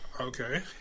Okay